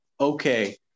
okay